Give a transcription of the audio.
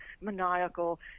maniacal